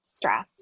stress